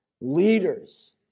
Leaders